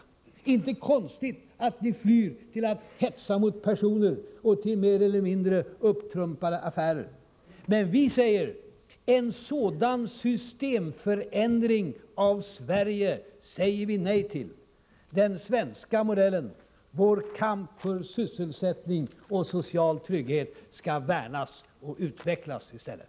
Det är inte konstigt att ni flyr till att hetsa mot personer och till mer eller mindre uppumpade affärer. Men vi säger: En sådan systemförändring av Sverige säger vi nej till! Den svenska modellen, vår kamp för sysselsättning och social trygghet skall värnas och utvecklas i stället.